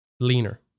leaner